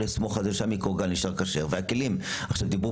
לסמוך על כך שהמיקרוגל נשאר כשר והכלים כשרים.